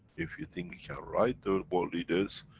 if you think can write the world leaders,